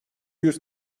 yüz